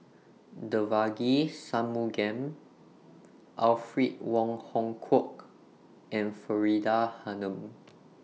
Devagi Sanmugam Alfred Wong Hong Kwok and Faridah Hanum